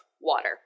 water